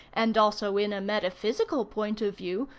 and also in a metaphysical point of view,